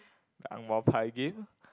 the angmoh pai